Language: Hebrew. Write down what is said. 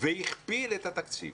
והכפיל את התקציב.